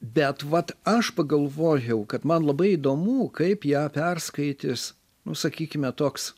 bet vat aš pagalvojau kad man labai įdomu kaip ją perskaitys nu sakykime toks